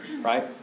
right